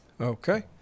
Okay